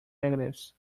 negatives